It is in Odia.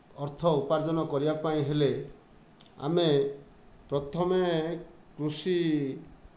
ଅର୍ଥ ଉପାର୍ଜନ କରିବା ପାଇଁ ହେଲେ ଆମେ ପ୍ରଥମେ କୃଷି